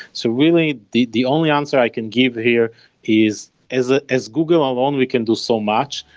so really, the the only answer i can give here is as ah as google alone, we can do so much,